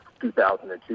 2002